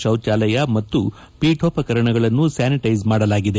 ಶೌಚಾಲಯ ಮತ್ತು ಪೀಠೋಪಕರಣಗಳನ್ನು ಸ್ವಾನಿಟೈಸ್ ಮಾಡಲಾಗಿದೆ